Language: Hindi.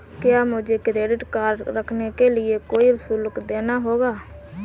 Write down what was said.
क्या मुझे क्रेडिट कार्ड रखने के लिए कोई शुल्क देना होगा?